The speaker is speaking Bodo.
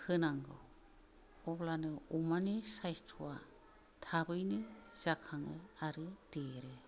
होनांगौ अब्लानो अमानि साइसथ'आ थाबैनो जाखाङो आरो देरो